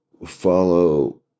Follow